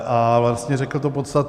A vlastně řekl to podstatné.